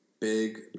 big